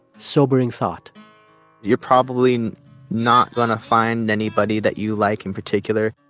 sobering thought you're probably not going to find anybody that you like in particular.